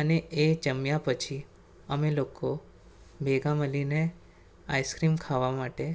અને એ જમ્યા પછી અમે લોકો ભેગાં મળીને આઇસક્રીમ ખાવા માટે